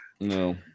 No